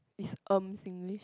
is erm Singlish